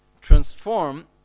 Transform